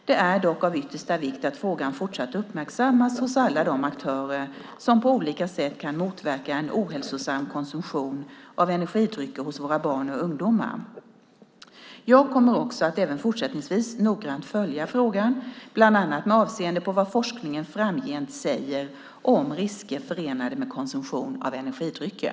Det är dock av yttersta vikt att frågan fortsatt uppmärksammas hos alla de aktörer som på olika sätt kan motverka en ohälsosam konsumtion av energidrycker hos våra barn och ungdomar. Jag kommer att även fortsättningsvis noggrant följa frågan, bland annat med avseende på vad forskningen framgent säger om risker förenade med konsumtion av energidrycker.